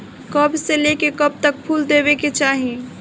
कब से लेके कब तक फुल देवे के चाही?